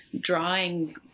drawing